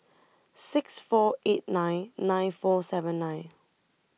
six four eight nine nine four seven nine